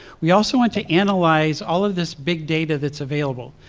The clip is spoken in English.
we also want to analyze all of this big data that is available.